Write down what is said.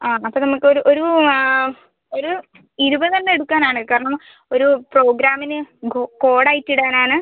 ആ അപ്പം നമുക്കൊരു ഒരു ഒരു ഇരുവതെണ്ണം എടുക്കാനാണ് കാരണം ഒരു പ്രോഗ്രാമിന് കോ കോഡായിട്ട് ഇടാനാണ്